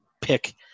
pick